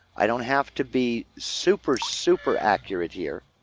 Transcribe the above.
i don't have to be super, super accurate here.